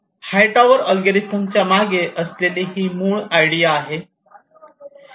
हाइटॉवरच्या अल्गोरिदमच्या मागे असलेली ही मूळ आयडिया आहे